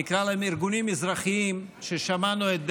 נקרא להם ארגונים אזרחיים, ששמענו את דעתם.